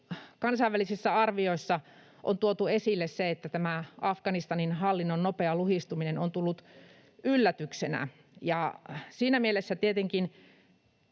kansainvälisissä arvioissa on tuotu esille, että Afganistanin hallinnon nopea luhistuminen on tullut yllätyksenä, ja siinä mielessä tietenkin